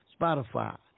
Spotify